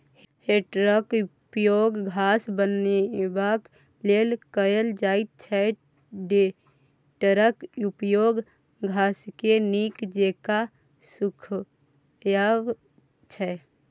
हे टेडरक उपयोग घास बनेबाक लेल कएल जाइत छै टेडरक उपयोग घासकेँ नीक जेका सुखायब छै